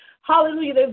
Hallelujah